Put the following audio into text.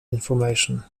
information